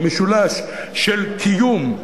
המשולש של קיום,